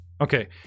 Okay